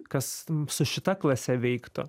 kas su šita klase veiktų